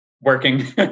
working